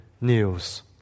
news